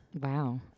Wow